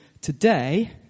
today